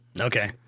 Okay